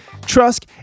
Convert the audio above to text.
Trusk